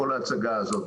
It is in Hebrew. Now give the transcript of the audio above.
כל ההצגה הזאת.